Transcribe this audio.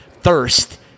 thirst